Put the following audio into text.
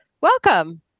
Welcome